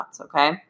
okay